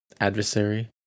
adversary